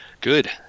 Good